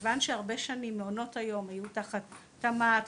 וכיוון שהרבה שנים מעונות היום היו תחת תמ"ת,